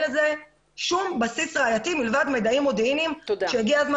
לזה שום בסיס ראייתי מלבד מידעים מודיעיניים שהגיע הזמן